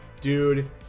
dude